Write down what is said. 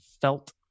felt